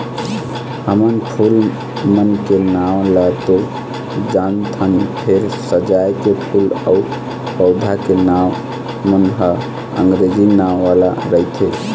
हमन फूल मन के नांव ल तो जानथन फेर सजाए के फूल अउ पउधा के नांव मन ह अंगरेजी नांव वाला रहिथे